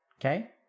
Okay